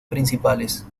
principales